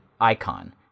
icon